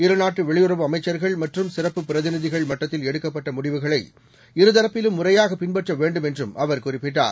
இருநாட்டுவெளியுறவுஅமைச்சர்கள்மற்றும்சிறப்புபிரதி நிதிகள்மட்டத்தில்எடுக்கப்பட்டமுடிவுகளைஇருதரப்பிலு ம்முறையாகபின்பற்றவேண்டும்என்றும்அவர்குறிப்பிட் டார்